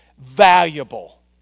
valuable